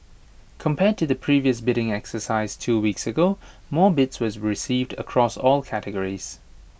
compared to the previous bidding exercise two weeks ago more bids were received across all categories